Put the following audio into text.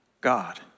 God